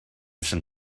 some